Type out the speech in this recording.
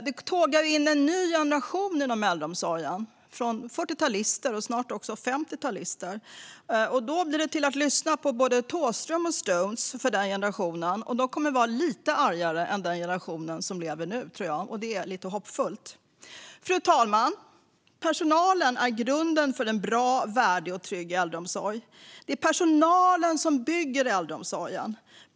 Det är en ny generation som tågar in i äldreomsorgen nu, 40-talister och snart även 50-talister. Då blir det till att lyssna på både Thåström och Stones. Jag tror att den generationen kommer att vara lite argare än den generation som nu är i äldreomsorgen. Det är lite hoppfullt. Fru talman! Personalen är grunden för en bra, värdig och trygg äldreomsorg. Det är personalen som bygger äldreomsorgen.